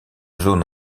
zone